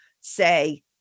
say